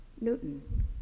Newton